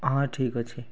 ହଁ ଠିକ୍ ଅଛି